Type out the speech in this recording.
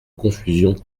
confusion